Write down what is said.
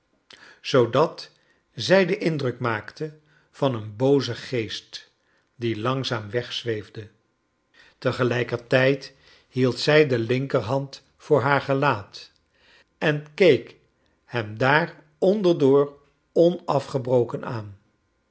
zoodat zij den indruk maakte van een boozen geest die langzaam wegzweefde tegelijkertijd hield zij de linker hand voor haar gelaat en keek hem daar onder door onafgebroken aan